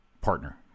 partner